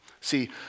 See